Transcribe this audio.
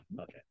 Okay